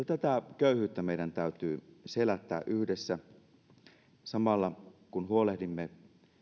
tätä köyhyyttä meidän täytyy selättää yhdessä samalla kun huolehdimme